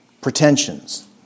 pretensions